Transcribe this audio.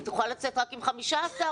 והיא תוכל לצאת רק עם 15 ילדים.